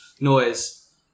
noise